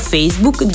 Facebook